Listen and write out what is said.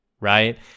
right